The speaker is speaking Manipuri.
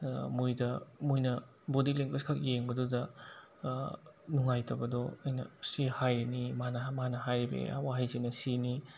ꯑꯗ ꯃꯣꯏꯗ ꯃꯣꯏꯅ ꯕꯣꯗꯤ ꯂꯦꯡꯒꯣꯏꯖ ꯈꯛ ꯌꯦꯡꯕꯗꯨꯗ ꯅꯨꯡꯉꯥꯏꯇꯕꯗꯣ ꯑꯩꯅ ꯁꯤ ꯍꯥꯏꯔꯤꯅꯤ ꯃꯥꯅ ꯍꯥꯏꯔꯤꯕ ꯋꯥꯍꯩꯁꯤꯅ ꯁꯤꯅꯤ